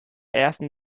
ersten